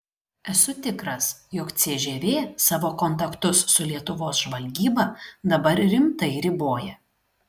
esu tikras jog cžv savo kontaktus su lietuvos žvalgyba dabar rimtai riboja